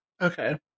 Okay